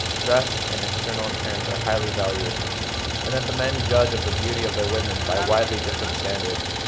dress, and external appearance are highly valued and that the men judge of the beauty of their women by widely different standards.